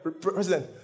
President